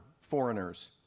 foreigners